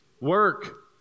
Work